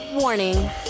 Warning